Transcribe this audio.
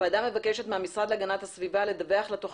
הוועדה מבקשת מהמשרד להגנת הסביבה לדווח לה תוך